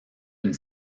une